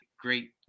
great